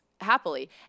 happily